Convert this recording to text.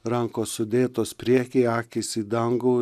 rankos sudėtos priekyje akys į dangų